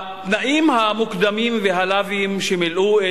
התנאים המוקדמים והלאווים שמילאו,